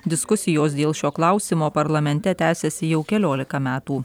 diskusijos dėl šio klausimo parlamente tęsiasi jau keliolika metų